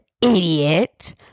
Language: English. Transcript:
idiot